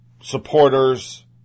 supporters